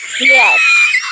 Yes